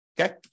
okay